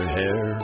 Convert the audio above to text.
hair